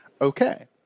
okay